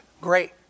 great